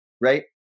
right